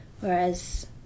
whereas